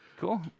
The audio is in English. Cool